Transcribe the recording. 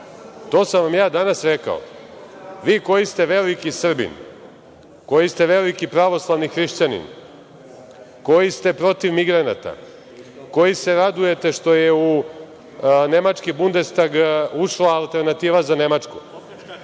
to sam vam ja danas rekao, vi koji ste veliki Srbi, koji ste veliki pravoslavni hrišćani, koji ste protiv migranata, koji se radujete što je u nemački Bundestag ušla Alternativa za Nemačku,